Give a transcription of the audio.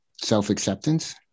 self-acceptance